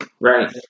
right